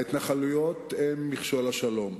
ההתנחלויות הן מכשול לשלום,